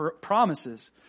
promises